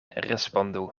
respondu